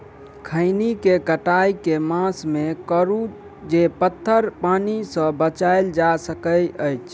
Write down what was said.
खैनी केँ कटाई केँ मास मे करू जे पथर पानि सँ बचाएल जा सकय अछि?